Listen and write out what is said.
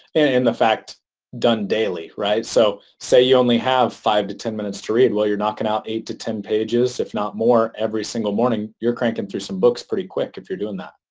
and the fact done daily, right? so, say you only have five to ten minutes to read, well, you're knocking out eight to ten pages, if not more, every single morning, you're cranking through some books pretty quick if you're doing that.